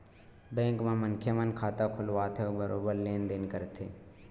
bank म मनखे मन खाता खोलवाथे अउ बरोबर लेन देन करथे